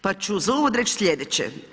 Pa ću za uvod reći slijedeće.